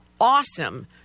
awesome